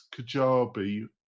Kajabi